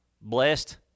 blessed